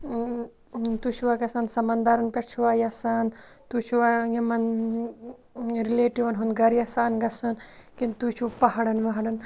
تُہۍ چھُوا گَژھان سَمَنٛدَرَن پؠٹھ چھُوا یِژھان تُہۍ چھُوا یِمَن رِلیٹیٛوٗوَن ہُنٛد گَرِ یِژھان گَژھُن کِنہٕ تُہۍ چھِو پَہاڑَن وَہَاڑن